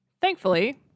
thankfully